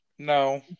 No